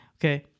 Okay